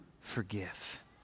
forgive